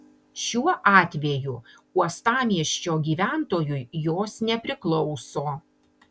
šiuo atveju uostamiesčio gyventojui jos nepriklauso